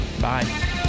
Bye